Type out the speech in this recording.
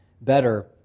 better